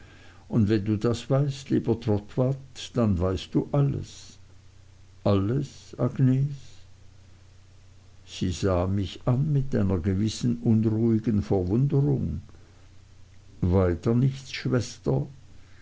und wenn du das weißt lieber trotwood dann weißt du alles alles agnes sie sah mich an mit einer gewissen unruhigen verwunderung weiter nichts schwester